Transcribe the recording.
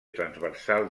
transversal